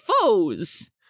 foes